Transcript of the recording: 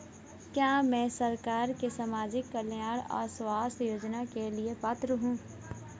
क्या मैं सरकार के सामाजिक कल्याण और स्वास्थ्य योजना के लिए पात्र हूं?